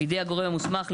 בידי הגורם המוסמך,